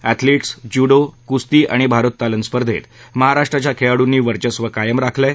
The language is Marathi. अँथलिट्स ज्युडो कुस्ती आणि भारोत्तालन स्पर्धेत महाराष्ट्राच्या खेळाडुंनी वर्चस्व कायम राखलं आहे